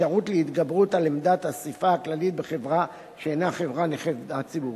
אפשרות להתגברות על עמדת האספה הכללית בחברה שאינה חברה-נכדה ציבורית.